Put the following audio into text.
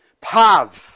paths